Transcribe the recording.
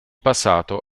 passato